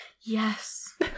Yes